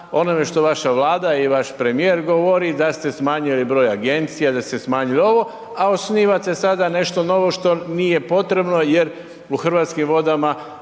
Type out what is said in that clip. onime što vaša Vlada i vaš premijer govori da ste smanjili broj agencija, da ste smanjili ovo a osnivate sada nešto novo što nije potrebno jer u Hrvatskim vodama